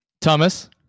Thomas